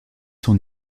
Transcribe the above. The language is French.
son